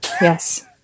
Yes